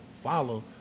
follow